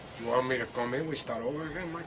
you want me to come in. we start over again? like